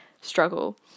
struggle